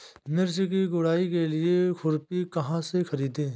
मिर्च की गुड़ाई के लिए खुरपी कहाँ से ख़रीदे?